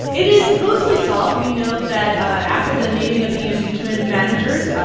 it is mostly solved. we know that after the naming of the impeachment managers,